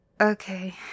Okay